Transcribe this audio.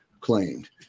claimed